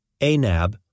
Anab